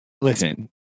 listen